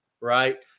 right